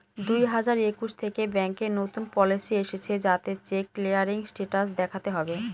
দুই হাজার একুশ থেকে ব্যাঙ্কে নতুন পলিসি এসেছে যাতে চেক ক্লিয়ারিং স্টেটাস দেখাতে হবে